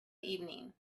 evening